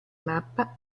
mappa